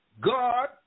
God